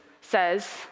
says